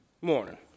morning